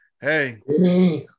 Hey